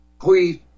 please